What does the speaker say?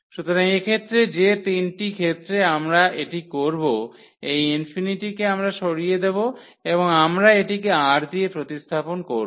সুতরাং এক্ষেত্রে যে তিনটি ক্ষেত্রে আমরা এটি করব এই কে আমরা সরিয়ে দেব এবং আমরা এটিকে R দিয়ে প্রতিস্থাপন করব